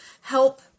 help